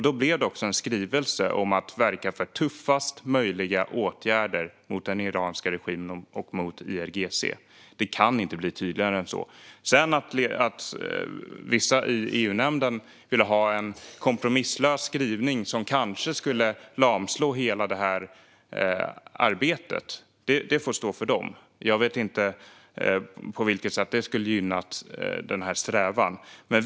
Det blev också en skrivning om att verka för tuffast möjliga åtgärder mot den iranska regimen och mot IRGC. Det kan inte bli tydligare än så. Att vissa i EU-nämnden sedan ville ha en kompromisslös skrivning, som kanske skulle lamslå hela det här arbetet, får stå för dem. Jag vet inte på vilket sätt det skulle ha gynnat denna strävan.